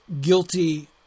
guilty